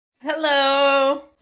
Hello